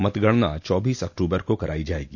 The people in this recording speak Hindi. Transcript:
मतगणना चौबीस अक्टूबर को कराई जायेगी